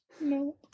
No